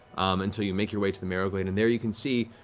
until you make your way to the marrowglade, and there you can see,